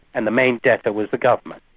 and the main debtor was the government.